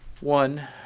one